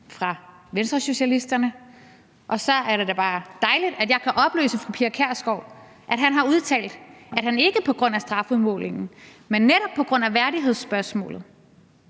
fra Venstresocialisterne, og så er det da bare dejligt, at jeg kan oplyse fru Pia Kjærsgaard, at han har udtalt, at han også, ikke på grund af strafudmålingen, men netop på grund af værdighedsspørgsmålet,